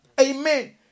Amen